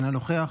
אינו נוכח,